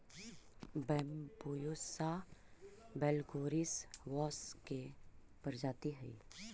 Bambusa vulgaris बाँस के प्रजाति हइ